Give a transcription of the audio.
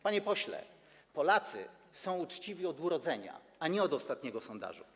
Panie pośle, Polacy są uczciwi od urodzenia, a nie od ostatniego sondażu.